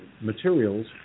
materials